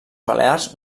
balears